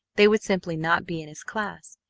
they would simply not be in his class,